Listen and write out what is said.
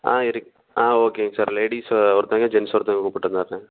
ஆ இருக் ஆ ஓகேங்க சார் லேடீஸ்ஸு ஒருத்தவங்க ஜென்ஸ் ஒருத்தவங்க கூப்பிட்டு வந்துடுறேன்